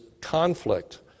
conflict